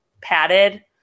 padded